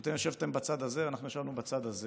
כשאתם ישבתם בצד הזה ואנחנו ישבנו בצד הזה,